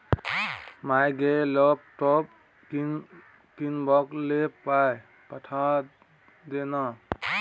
माय गे लैपटॉप कीनबाक लेल पाय पठा दे न